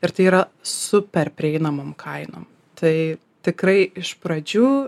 ir tai yra super prieinamom kainom tai tikrai iš pradžių